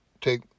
take